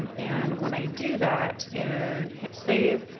um and when i do that and hit save,